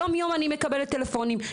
יומיום אני מקבלת טלפונים,